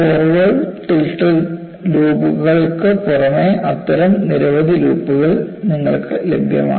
forward tilted ലൂപ്പുകൾക്ക് പുറമേ അത്തരം നിരവധി ലൂപ്പുകൾ നിങ്ങൾക്ക് ലഭ്യമാണ്